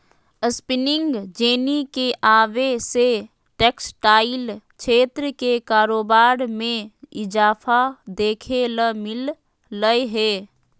spinning jenny के आवे से टेक्सटाइल क्षेत्र के कारोबार मे इजाफा देखे ल मिल लय हें